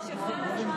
לצערנו הרב,